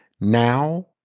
now